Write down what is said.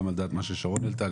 גם על דעת מה ששרון העלאתה,